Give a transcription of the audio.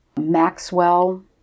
Maxwell